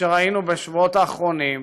שראינו בשבועות האחרונים,